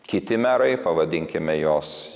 kiti merai pavadinkime juos